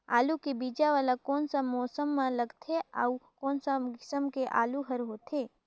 आलू के बीजा वाला कोन सा मौसम म लगथे अउ कोन सा किसम के आलू हर होथे?